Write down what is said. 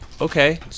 Okay